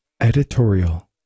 Editorial